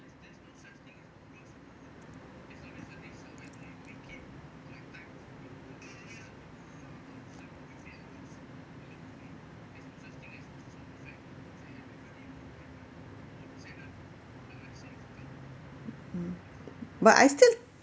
mm but I still